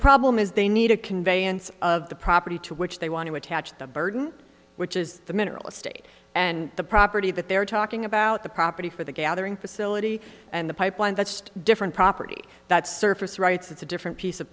problem is they need a conveyance of the property to which they want to attach the burden which is the mineral estate and the property that they're talking about the property for the gathering facility and the pipeline that's just different property that surface rights it's a different piece of